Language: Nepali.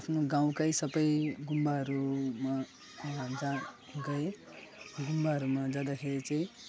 आफ्नो गाउँकै सबै गुम्बाहरूमा जहाँ गएँ गुम्बाहरूमा जाँदाखेरि चाहिँ